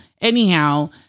anyhow